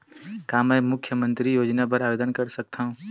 का मैं मुख्यमंतरी योजना बर आवेदन कर सकथव?